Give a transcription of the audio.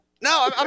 No